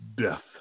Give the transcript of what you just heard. death